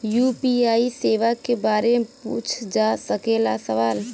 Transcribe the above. UPI सेवा के बारे में पूछ जा सकेला सवाल?